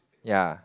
ya